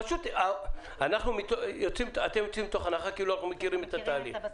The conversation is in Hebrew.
פשוט אתם יוצאים מתוך הנחה כאילו אנחנו מכירים את התהליך.